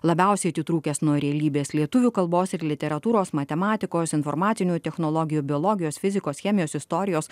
labiausiai atitrūkęs nuo realybės lietuvių kalbos ir literatūros matematikos informacinių technologijų biologijos fizikos chemijos istorijos